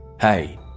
hey